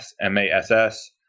M-A-S-S